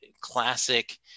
classic